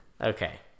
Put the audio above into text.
Okay